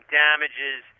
damages